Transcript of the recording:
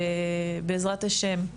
שבעזרת השם,